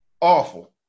Awful